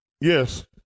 yes